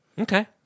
Okay